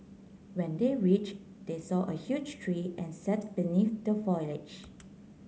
when they reach they saw a huge tree and sat beneath the foliage